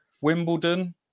Wimbledon